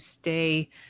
stay